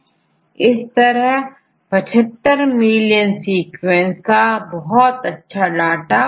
यहांEMBL का nucleotide translation sequence entry प्राप्त होती है यह SWISS PROT से जुड़ी हुई नहीं है